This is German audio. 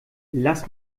lass